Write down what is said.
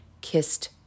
kissed